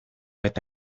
eta